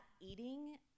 eating